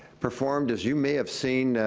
performed as you may have seen,